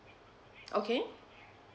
okay